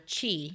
chi